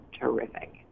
terrific